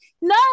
No